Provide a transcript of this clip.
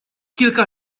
kilka